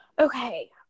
Okay